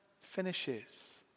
finishes